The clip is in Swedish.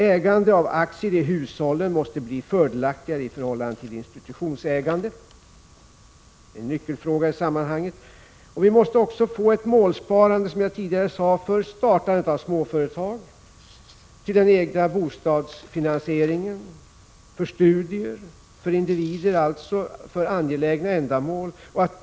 — Ägande av aktier i hushållen måste bli fördelaktigare i förhållande till institutionsägande; en nyckelfråga i sammanhanget. — Vi måste också få ett målsparande, som jag tidigare sade, för startande av småföretag, till den egna bostadsfinansieringen, för studier, för angelägna individuella ändamål.